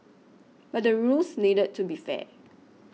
but the rules needed to be fair